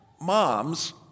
Moms